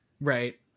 right